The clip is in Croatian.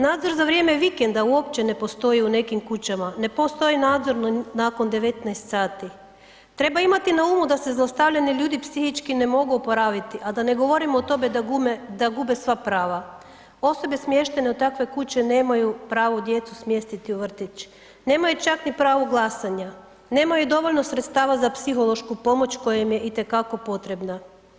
Nadzor za vrijeme vikenda uopće ne postoji u nekim kućama, ne postoji nadzor nakon 19 sati, treba imati na umu da se zlostavljanje ljudi psihički ne mogu oporaviti, a da ne govorimo o tome da gume, da gube sva prava, osobe smještene u takve kuće nemaju pravo djecu smjestiti u vrtić, nemaju čak ni pravo glasanja, nemaju dovoljno sredstava za psihološku pomoć koja im je itekako potrebna.